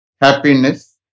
happiness